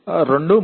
623 0